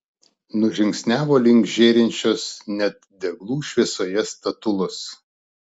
nužingsniavo link žėrinčios net deglų šviesoje statulos